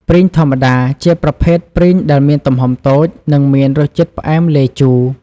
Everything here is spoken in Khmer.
ព្រីងធម្មតា ជាប្រភេទព្រីងដែលមានទំហំតូច និងមានរសជាតិផ្អែមលាយជូរ។